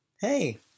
Hey